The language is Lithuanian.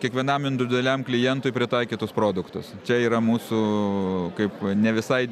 kiekvienam individualiam klientui pritaikytus produktus čia yra mūsų kaip ne visai